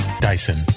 Dyson